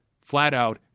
flat-out